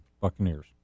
Buccaneers